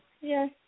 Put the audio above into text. Yes